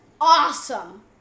awesome